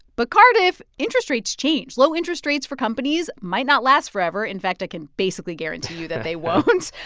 but cardiff, interest rates change. low interest rates for companies might not last forever. in fact, i can basically guarantee you that they won't.